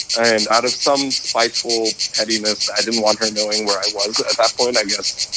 and out of some spiteful pettiness, i didn't want her knowing where i was at that point, i guess,